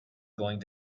going